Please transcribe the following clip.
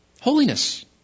Holiness